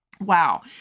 Wow